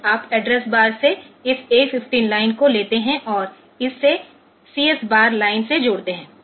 आप address bar से इस A 15 लाइन को लेते हैं और इसे CS बार लाइन से जोड़ते हैं